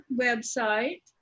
website